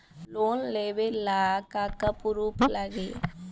Loan लेबे ला का का पुरुफ लागि?